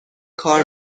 کار